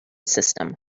system